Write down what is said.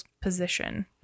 position